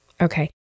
Okay